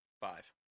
five